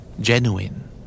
Genuine